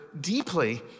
deeply